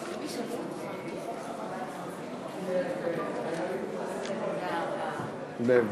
אדוני היושב-ראש, כנסת נכבדה, בראשית